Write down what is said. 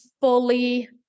fully